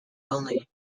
only